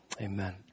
Amen